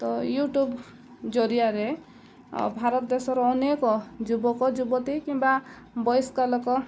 ତ ୟୁଟ୍ୟୁବ୍ ଜରିଆରେ ଭାରତ ଦେଶର ଅନେକ ଯୁବକ ଯୁବତୀ କିମ୍ବା ବୟସ୍କ ଲୋକ